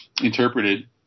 interpreted